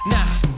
Now